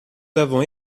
avons